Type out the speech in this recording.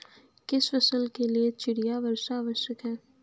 किस फसल के लिए चिड़िया वर्षा आवश्यक है?